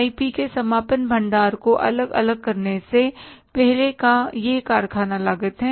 WIP के समापन भंडार को अलग करने से पहले का यह कारखाना लागत है